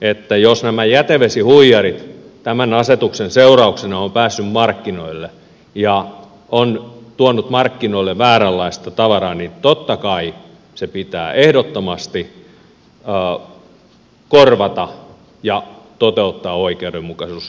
että jos nämä jätevesihuijarit tämän asetuksen seurauksena ovat päässeet markkinoille ja ovat tuoneet markkinoille vääränlaista tavaraa niin totta kai se pitää ehdottomasti korvata ja toteuttaa oikeudenmukaisuus